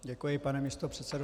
Děkuji, pane místopředsedo.